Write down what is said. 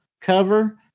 cover